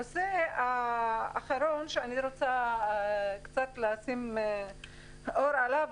הנושא האחרון שאני רוצה קצת לשים אור עליו,